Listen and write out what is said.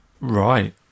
right